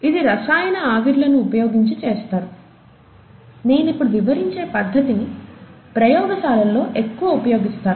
ఇది రసాయన ఆవిర్లను ఉపయోగించి చేస్తారు నేను ఇప్పుడు వివరించే పద్దతిని ప్రయోగశాలల్లో ఎక్కువ ఉపయోగిస్తారు